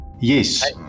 Yes